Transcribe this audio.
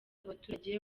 abaturage